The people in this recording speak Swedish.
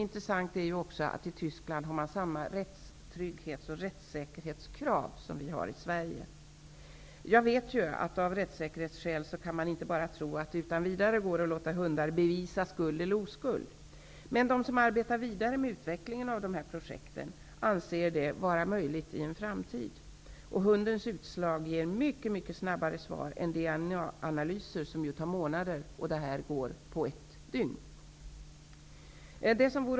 Intressant är också att man i Tyskland har samma rättstrygghets och rättssäkerhetskrav som vi i Sverige har. Jag vet att det av rättssäkerhetsskäl inte utan vidare går att låta hundar ''bevisa'' skuld eller oskuld. Men de som arbetar vidare med utvecklingen av de här projekten anser det vara möjligt i en framtid. Hundens utslag ger mycket snabbare svar än vad DNA-analyser gör, som ju tar månader. Med nämnda metod tar det ett dygn.